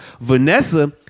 Vanessa